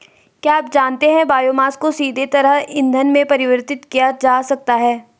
क्या आप जानते है बायोमास को सीधे तरल ईंधन में परिवर्तित किया जा सकता है?